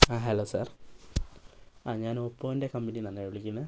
ആ hello sir ആ ഞാൻ ഓപ്പോൻ്റെ കമ്പനീന്നാണെ വിളിക്കുന്നത്